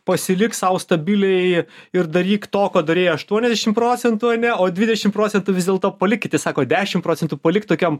pasilik sau stabiliai ir daryk to ko darei aštuoniasdešim procentų ane o dvidešim procentų vis dėlto palik kiti sako dešim procentų palik tokiom